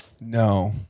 no